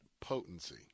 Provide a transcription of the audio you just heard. potency